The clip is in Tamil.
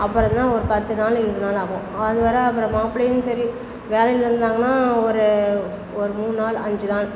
அப்புறந்தான் ஒரு பத்து நாள் இருபது நாள் ஆகும் அது வர அப்புறம் மாப்பிளையும் சரி வேலையில் இருந்தாங்கன்னால் ஒரு ஒரு மூணு நாள் அஞ்சு நாள்